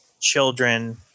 children